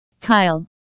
Kyle